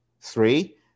Three